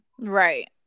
right